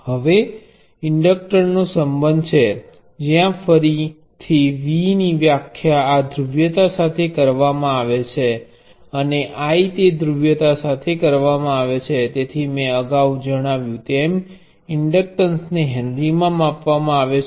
હવે ઇન્ડક્ટરનો સંબંધ છે જ્યાં ફરી થી V ની વ્યાખ્યા આ પોલારીટી સાથે કરવામાં આવે છે અને I તે પોલારીટી સાથે કરવામાં આવે છે તેથી મેં અગાઉ જણાવ્યું તેમ ઇન્ડક્ટન્સને હેનરીમાં માપવામાં આવે છે